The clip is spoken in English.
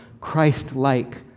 Christ-like